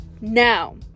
Now